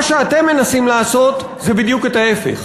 מה שאתם מנסים לעשות זה בדיוק את ההפך,